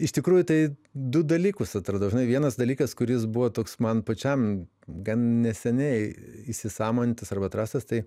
iš tikrųjų tai du dalykus atradau žinai vienas dalykas kuris buvo toks man pačiam gan neseniai įsisąmonintas arba atrastas tai